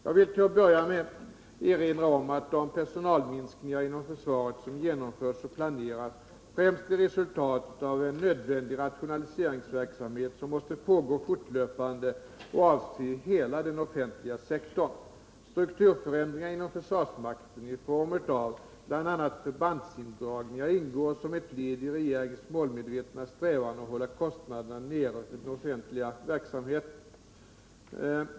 Jag vill till att börja med erinra om att de personalminskningar inom försvaret som genomförs och planeras främst är resultat av en nödvändig rationaliseringsverksamhet, som måste pågå fortlöpande och avse hela den offentliga sektorn. Strukturförändringar inom försvarsmakten i form av bl.a. förbandsindragningar ingår som ett led i regeringens målmedvetna strävan att hålla kostnaderna för den offentliga verksamheten nere.